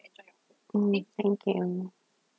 oh thank you